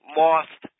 lost